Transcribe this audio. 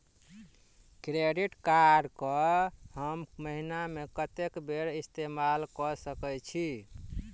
Credit card कऽ हम महीना मे कत्तेक बेर इस्तेमाल कऽ सकय छी?